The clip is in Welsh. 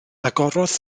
agorodd